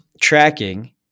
tracking